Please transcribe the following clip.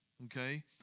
Okay